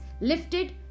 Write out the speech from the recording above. lifted